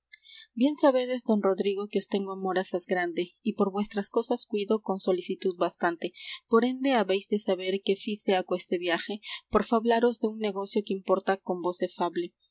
bien sabedes don rodrigo que os tengo amor asaz grande y por vuestras cosas cuido con solicitud bastante por ende habéis de saber que fice aqueste viaje por fablaros de un negocio que importa con vos se fable